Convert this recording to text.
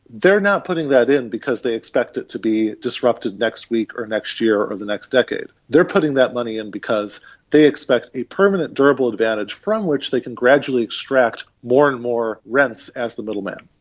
they are not putting that in because they expect it to be disrupted next week or next year or the next decade, they are putting that money in because they expect a permanent durable advantage from which they can gradually extract more and more rents as the middle man.